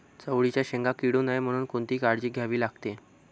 चवळीच्या शेंगा किडू नये म्हणून कोणती काळजी घ्यावी लागते?